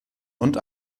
und